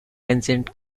ancient